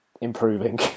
improving